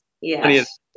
yes